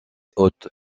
haute